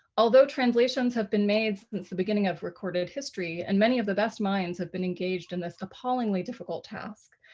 although translations have been made since the beginning of recorded history and many of the best minds have been engaged in this appallingly difficult task,